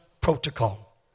protocol